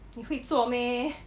你会做 meh